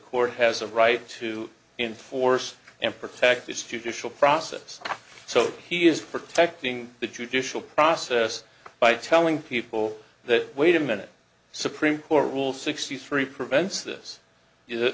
court has a right to enforce and protect its judicial process so he is protecting the judicial process by telling people that wait a minute supreme court rules sixty three prevents this is